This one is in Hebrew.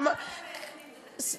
למה רק